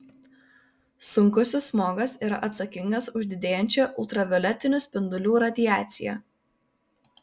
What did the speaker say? sunkusis smogas yra atsakingas už didėjančią ultravioletinių spindulių radiaciją